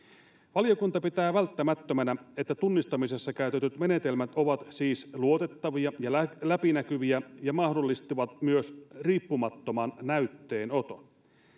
valiokunta pitää välttämättömänä että tunnistamisessa käytetyt menetelmät ovat siis luotettavia ja läpinäkyviä ja mahdollistavat myös riippumattoman näytteenoton